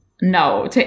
no